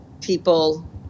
people